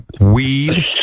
weed